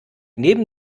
neben